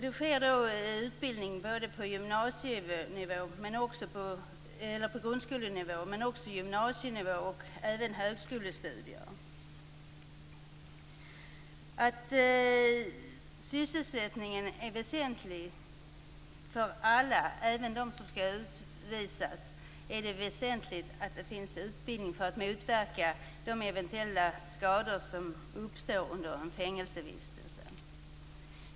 Det sker utbildning både på grundskolenivå och på gymnasienivå. Även högskolestudier kan bedrivas. Sysselsättningen är väsentlig för alla. Även för dem som skall utvisas är det väsentligt att det finns utbildning för att motverka de eventuella skador som uppstår under en fängelsevistelse.